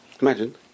imagine